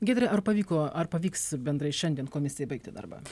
giedre ar pavyko ar pavyks bendrai šiandien komisijai baigti darbą